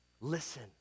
Listen